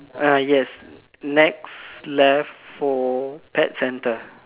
ah yes next left for pet centre